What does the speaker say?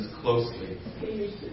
closely